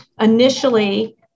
initially